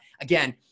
Again